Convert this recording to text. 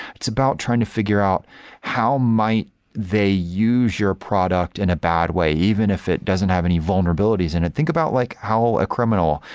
it's about trying to figure out how might they use your product in a bad way even if it doesn't have any vulnerabilities in it. think about like how a criminal,